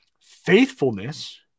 faithfulness